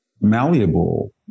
malleable